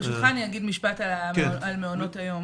ברשותך, אתייחס למעונות היום